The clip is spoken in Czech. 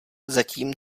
zatím